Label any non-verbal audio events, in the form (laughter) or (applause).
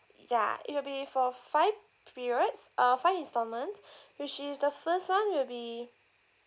ya it'll be for five periods uh five installments (breath) which is the first one will be